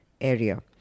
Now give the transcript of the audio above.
area